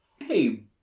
Hey